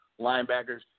linebackers